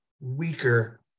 weaker